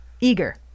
Eager